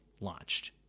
launched